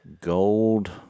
gold